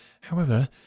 However